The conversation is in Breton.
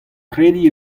krediñ